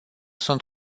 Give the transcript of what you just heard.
sunt